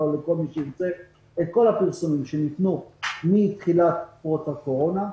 ולכל מי שירצה את כל הפרסומים שניתנו מתחילת פרוץ הקורונה.